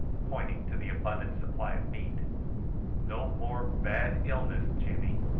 pointing to the abundant supply of meat no more bad illness, jimmy.